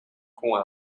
гүн